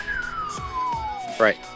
Right